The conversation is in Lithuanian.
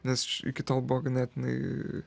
nes iki tol buvo ganėtinai